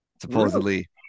Supposedly